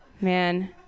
Man